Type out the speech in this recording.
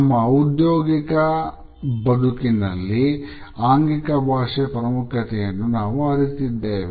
ನಮ್ಮ ಔದ್ಯೋಗಿಕ ಬದುಕಿನಲ್ಲಿ ಆಂಗಿಕ ಭಾಷೆಯ ಪ್ರಾಮುಖ್ಯತೆಯನ್ನು ನಾವು ಅರಿತಿದ್ದೇವೆ